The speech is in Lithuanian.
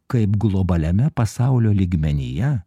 kaip globaliame pasaulio lygmenyje